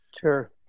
Sure